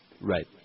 Right